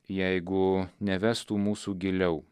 jeigu nevestų mūsų giliau